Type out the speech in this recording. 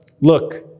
look